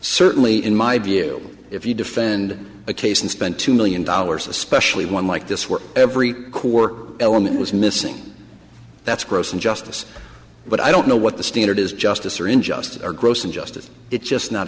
certainly in my view if you defend a case and spent two million dollars especially one like this where every core element was missing that's gross injustice but i don't know what the standard is justice or injustice or gross injustice it's just not